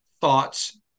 thoughts